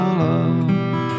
love